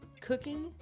cooking